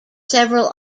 several